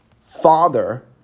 father